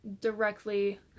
directly